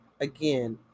again